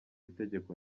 itegeko